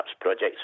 projects